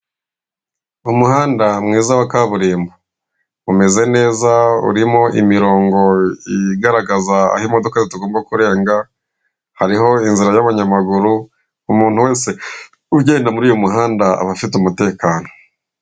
Umuhanda mwiza wa kaburimbo, umeze neza urimo imirongo igaragaza aho imodoka zitagomba kurenga, hariho inzira y'abanyamaguru, umuntu wese ugenda muri uyu muhanda aba afite umutekano.